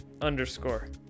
underscore